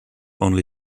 only